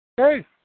Okay